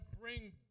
bring